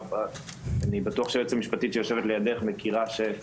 אני בטוח שהיועצת המשפטית של הוועדה מכירה שנדרשת הסכמה.